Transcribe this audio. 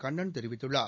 கண்ணன் தெரிவித்துள்ளார்